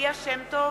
ליה שמטוב,